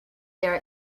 there